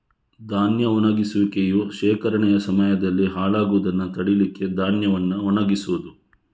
ಧಾನ್ಯ ಒಣಗಿಸುವಿಕೆಯು ಶೇಖರಣೆಯ ಸಮಯದಲ್ಲಿ ಹಾಳಾಗುದನ್ನ ತಡೀಲಿಕ್ಕೆ ಧಾನ್ಯವನ್ನ ಒಣಗಿಸುದು